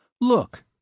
Look